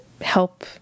help